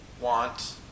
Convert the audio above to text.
want